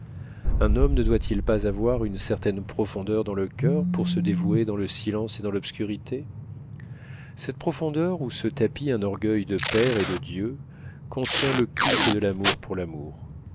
un homme ne doit-il pas avoir une certaine profondeur dans le coeur pour se dévouer dans le silence et dans l'obscurité cette profondeur où se tapit un orgueil de père et de dieu contient le culte de l'amour pour l'amour